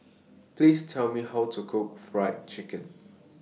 Please Tell Me How to Cook Fried Chicken